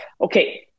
okay